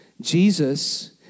Jesus